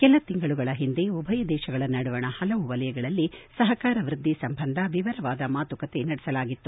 ಕೆಲ ತಿಂಗಳುಗಳ ಹಿಂದೆ ಉಭಯ ದೇಶಗಳ ನಡುವಣ ಹಲವು ವಲಯಗಳಲ್ಲಿ ಸಹಕಾರ ವ್ಯದ್ದಿ ಸಂಬಂಧ ವಿವರವಾದ ಮಾತುಕತೆ ನಡೆಸಲಾಗಿತ್ತು